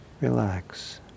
relax